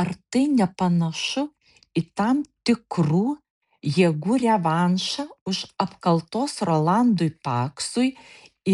ar tai nepanašu į tam tikrų jėgų revanšą už apkaltos rolandui paksui